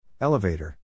Elevator